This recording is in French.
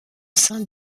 saint